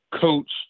coach